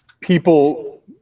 people